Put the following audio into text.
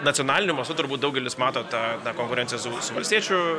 nacionaliniu mastu turbūt daugelis mato tą konkurenciją lietuvos valstiečių